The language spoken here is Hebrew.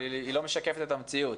אבל היא לא משקפת את המציאות,